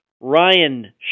Ryan